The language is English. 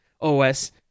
OS